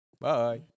bye